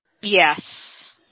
Yes